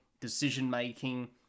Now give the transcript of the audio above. decision-making